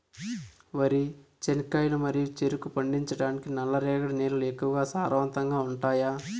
వరి, చెనక్కాయలు మరియు చెరుకు పండించటానికి నల్లరేగడి నేలలు ఎక్కువగా సారవంతంగా ఉంటాయా?